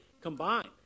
combined